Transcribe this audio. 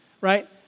right